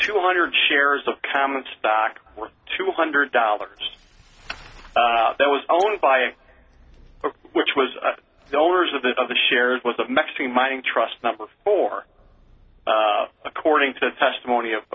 two hundred shares of common stock worth two hundred dollars that was owned by a which was the owners of the of the shares was of mexican mining trust number four according to the testimony of